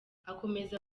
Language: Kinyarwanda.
akomeza